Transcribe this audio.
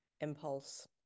impulse